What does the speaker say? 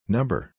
Number